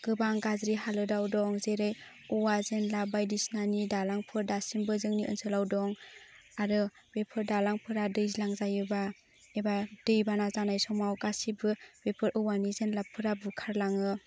गोबां गाज्रि हालोदाव दं जेरै औवा जेनलाब बायदिसिनानि दालांफोर दं दासिमबो जोंनि ओनसोलाव दं आरो बेफोर दालांफोरा दैज्लां जायोबा एबा दै बाना जानाय समाव बेफोर गासिबो औवानि जानलाबफोरा बुखारलाङो